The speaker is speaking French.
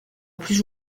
plus